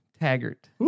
Taggart